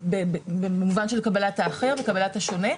במובן של קבלת האחר וקבלת השונה.